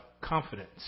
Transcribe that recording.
confidence